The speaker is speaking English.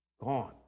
Gone